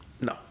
No